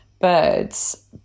birds